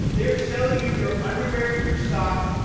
they're selling you your underwear, your socks.